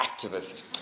activist